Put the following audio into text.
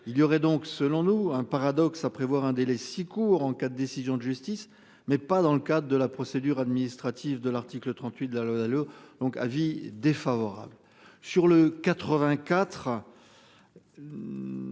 Il y aurait donc, selon nous un paradoxe à prévoir un délai si court en cas de décision de justice mais pas dans le cadre de la procédure administrative de l'article 38 de la loi Dalo donc avis défavorable sur le 84.